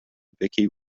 vichy